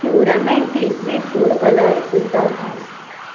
प्युरामेंट liquid food colour सुद्दां घाल